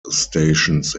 stations